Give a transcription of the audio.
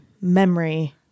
memory